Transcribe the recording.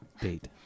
date